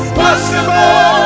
possible